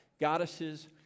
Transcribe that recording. goddesses